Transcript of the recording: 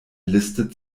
liste